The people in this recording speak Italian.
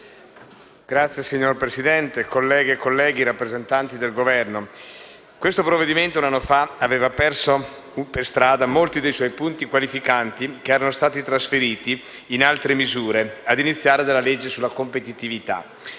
Signor Presidente, colleghe e colleghi, rappresentanti del Governo, questo provvedimento un anno fa aveva perso per strada molti dei suoi punti qualificanti che erano stati trasferiti in altre misure, ad iniziare dalla legge sulla competitività.